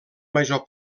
major